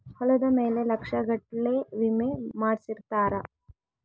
ಹೊಲದ ಮೇಲೆ ಲಕ್ಷ ಗಟ್ಲೇ ವಿಮೆ ಮಾಡ್ಸಿರ್ತಾರ